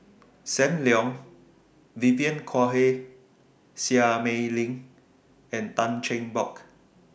SAM Leong Vivien Quahe Seah Mei Lin and Tan Cheng Bock